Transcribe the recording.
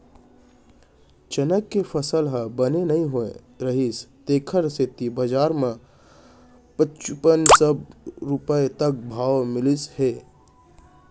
चना के फसल ह बने नइ होए रहिस तेखर सेती बजार म पचुपन सव रूपिया तक भाव मिलिस हे